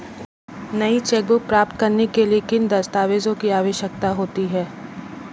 नई चेकबुक प्राप्त करने के लिए किन दस्तावेज़ों की आवश्यकता होती है?